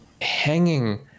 hanging